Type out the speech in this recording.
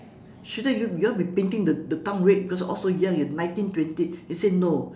shouldn't you you all been painting the the town red because you're all so young you're nineteen twenty she said no